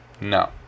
No